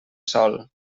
sol